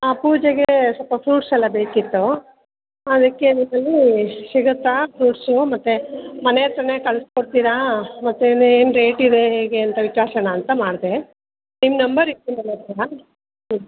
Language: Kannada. ಆ ಪೂಜೆಗೆ ಸೊಲ್ಪ ಫ್ರೂಟ್ಸ್ ಎಲ್ಲ ಬೇಕಿತ್ತು ಅದಕ್ಕೆ ನಿಮ್ಮಲ್ಲಿ ಸಿಗತ್ತಾ ಫ್ರೂಟ್ಸು ಮತ್ತು ಮನೆ ಹತ್ರನೇ ಕಳಿಸ್ಕೊಡ್ತೀರಾ ಮತ್ತು ಏನೇನು ರೇಟ್ ಇದೆ ಹೇಗೆ ಅಂತ ವಿಚಾರಿಸೋಣ ಅಂತ ಮಾಡಿದೆ ನಿಮ್ಮ ನಂಬರ್ ಇತ್ತು ನನ್ನ ಹತ್ರ ಹ್ಞೂ